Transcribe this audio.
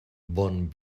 bon